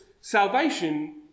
salvation